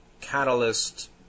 catalyst